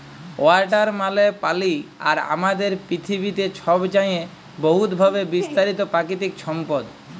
water মালে পালি আর আমাদের পিথিবীতে ছবচাঁয়ে বহুতভাবে বিস্তারিত পাকিতিক সম্পদ